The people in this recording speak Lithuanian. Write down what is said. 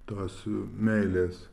tos meilės